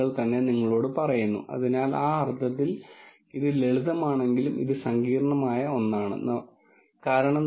അതിനാൽ ഉദാഹരണത്തിന് ഇത് ഒരു ഡിസ്ട്രിബൂഷൻ ആണെന്ന് ഇവിടെ എനിക്ക് പറയാൻ കഴിയും രണ്ട് വേരിയബിളുകളിലും മറ്റും ഇത് ഒരു നോർമൽ ഡിസ്ട്രിബൂഷൻ ആണെന്ന് തോന്നുന്നു